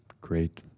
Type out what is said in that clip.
great